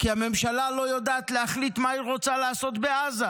כי הממשלה לא יודעת להחליט מה היא רוצה לעשות בעזה.